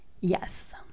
Yes